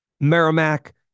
Merrimack